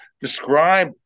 Describe